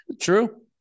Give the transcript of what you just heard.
True